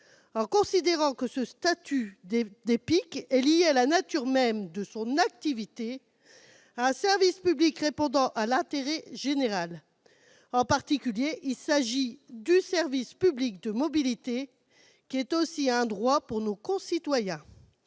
considérant que ce statut d'EPIC est lié à la nature même de son activité, un service public répondant à l'intérêt général. Plus particulièrement, il s'agit du service public de mobilité, qui est aussi un droit pour nos concitoyens.